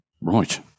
Right